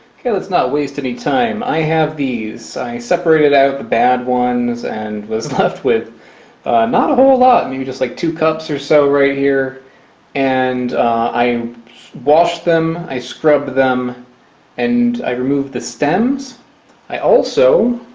okay, let's not waste any time i have these i separated out the bad ones and was left with not a whole lot. and maybe just like two cups or so right here and i washed them. i scrub them and i removed the stems i also